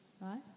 right